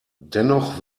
dennoch